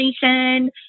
generation